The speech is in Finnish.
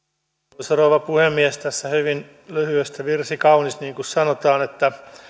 arvoisa rouva puhemies tässä hyvin lyhyestä virsi kaunis niin kuin sanotaan